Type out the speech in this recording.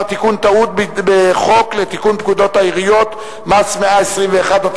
תיקון טעות בחוק לתיקון פקודת העיריות (מס' 121),